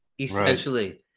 essentially